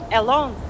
alone